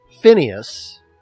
Phineas